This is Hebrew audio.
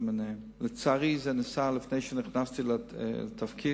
לצערי, זה נעשה לפני שנכנסתי לתפקיד.